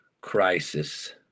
crisis